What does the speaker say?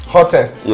Hottest